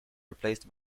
replaced